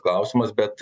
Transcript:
klausimas bet